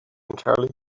entirely